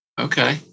Okay